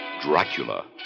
Dracula